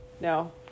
no